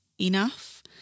enough